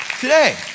today